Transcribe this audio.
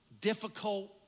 Difficult